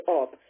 up